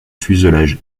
fuselage